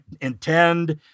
intend